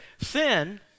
Sin